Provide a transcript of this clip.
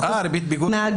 10%. ריבית פיגורים.